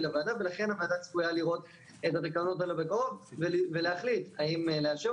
לוועדה ולכן הוועדה צפויה לראות את התקנות האלה בקרוב ולהחליט האם לאשר